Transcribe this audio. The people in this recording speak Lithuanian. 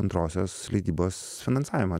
antrosios leidybos finansavimą